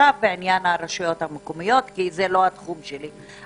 בעניין הרשויות המקומית כי זה לא התחום שלי.